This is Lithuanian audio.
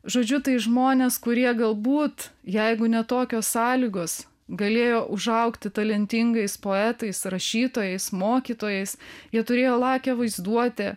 žodžiu tai žmonės kurie galbūt jeigu ne tokios sąlygos galėjo užaugti talentingais poetais rašytojais mokytojais jie turėjo lakią vaizduotę